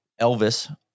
elvis